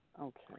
Okay